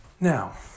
Now